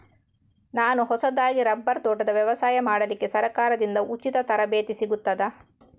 ನಾನು ಹೊಸದಾಗಿ ರಬ್ಬರ್ ತೋಟದ ವ್ಯವಸಾಯ ಮಾಡಲಿಕ್ಕೆ ಸರಕಾರದಿಂದ ಉಚಿತ ತರಬೇತಿ ಸಿಗುತ್ತದಾ?